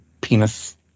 penis